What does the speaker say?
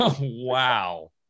wow